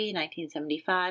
1975